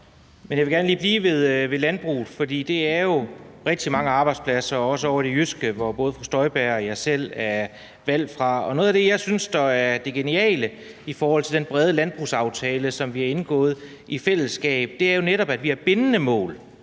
Jeg vil gerne lige blive ved landbruget, for der er jo rigtig mange arbejdspladser, også ovre i det jyske, hvor både fru Inger Støjberg og jeg selv er valgt. Noget af det, jeg synes er det geniale i forhold til den brede landbrugsaftale, som vi har indgået i fællesskab, er jo netop, at vi har aftalt bindende mål